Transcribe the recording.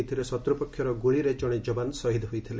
ଏଥିରେ ଶତ୍ର ପକ୍ଷର ଗୁଳିରେ ଜଣେ ଯବାନ୍ ଶହୀଦ ହୋଇଥିଲେ